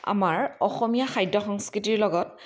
আমাৰ অসমীয়া খাদ্য সংস্কৃতিৰ লগত